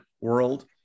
world